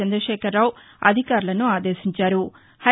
చంద్రశేఖరరావు అధికారులను ఆదేశించారు